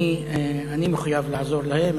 אני מחויב לעזור להם,